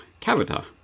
Cavita